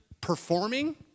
performing